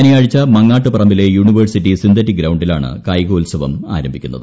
ശനിയാഴ്ച മാങ്ങാട്ട് പറമ്പിലെ യൂണിവേഴ്സിറ്റി സിന്തറ്റിക്ക് ഗ്രൌണ്ടിലാണ് കായികോത്സവം ആരംഭിക്കുന്നത്